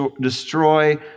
destroy